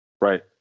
Right